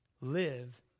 Live